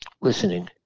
listening